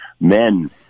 men